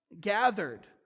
gathered